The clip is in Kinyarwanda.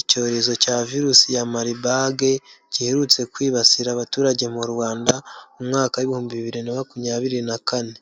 icyorezo cya virusi ya maribage giherutse kwibasira abaturage mu Rwanda mu mwaka w'ibihumbi bibiri na makumyabiri na kane.